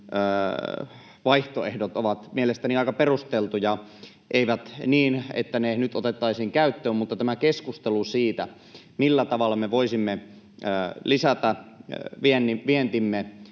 vaihtoehdot ovat mielestäni aika perusteltuja — eivät niin, että ne nyt otettaisiin käyttöön, mutta tämä keskustelu siitä, millä tavalla me voisimme lisätä vientimme